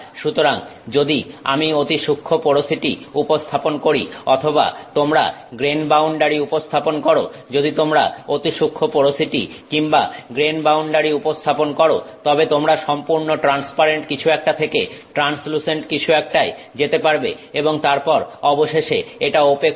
সুতরাং যদি আমি অতি সূক্ষ্ম পোরোসিটি উপস্থাপন করি অথবা যদি তোমরা গ্রেন বাউন্ডারি উপস্থাপন করো যদি তোমরা অতি সূক্ষ্ম পোরোসিটি কিংবা গ্রেন বাউন্ডারি উপস্থাপন করো তবে তোমরা সম্পূর্ণ ট্রান্সপারেন্ট কিছু একটা থেকে ট্রানসলুসেন্ট কিছু একটায় যেতে পারবে এবং তারপর অবশেষে এটা ওপেক হবে